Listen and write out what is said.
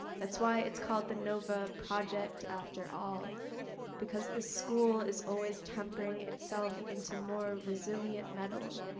that's why it's called the nova project after all because the school is always tampering itself into more resilient metal.